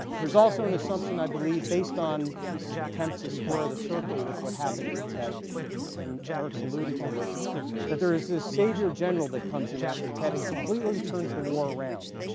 there's also an assumption i believe based on this attempt to square the circle with what happened in tet and erik's alluded to this that there is this savior general that comes in after tet and completely turns the war around